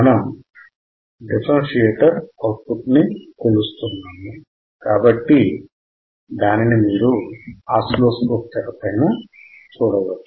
మనం differentiator output ని కొలుస్తున్నాము కాబట్టి దీనిని మీరు ఆసిలోస్కోప్ తెరపైన చూడవచ్చు